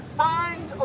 find